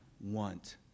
want